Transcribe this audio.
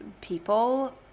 people